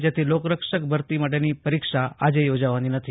જેથી લોકરક્ષક ભરતી માટેની પરીક્ષા આજે યોજાવાની નથી